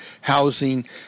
housing